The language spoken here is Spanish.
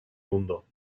mundo